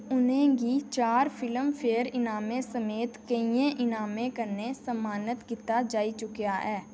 उ'नें गी चार फिल्मफेयर इनामें समेत केइयें इनामें कन्नै सम्मानत कीता जाई चुकेआ ऐ